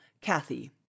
Kathy